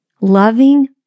loving